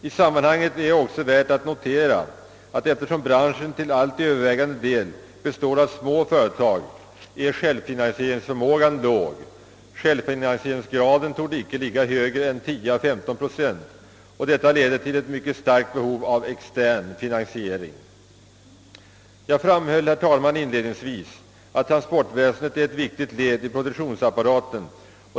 I sammanhanget är det också värt att notera, att eftersom branschen till övervägande del består av små företag så är självfinansieringsförmågan låg — självfinansieringsgraden torde inte ligga högre än 10 å 15 procent — och detta leder till ett mycket stort behov av extern finansiering. Jag framhöll inledningsvis att transportväsendet är ett viktigt led i produktionsapparaten.